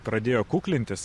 pradėjo kuklintis